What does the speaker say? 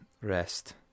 rest